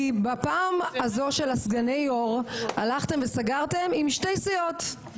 הפעם הראשונה שאני רואה דברי הסבר לחקיקה בלי הצעת החוק.